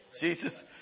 Jesus